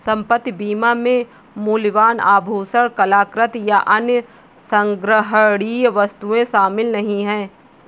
संपत्ति बीमा में मूल्यवान आभूषण, कलाकृति, या अन्य संग्रहणीय वस्तुएं शामिल नहीं हैं